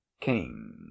king